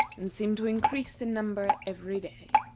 and seemed to increase in number every day.